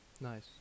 Nice